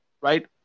right